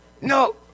No